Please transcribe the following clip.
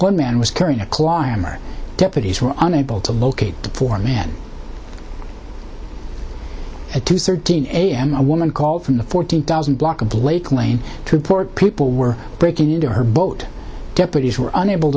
one man was carrying a climber deputies were unable to locate the poor man at two thirteen am a woman called from the fourteen thousand block of lake lane to port people were breaking into her boat deputies were unable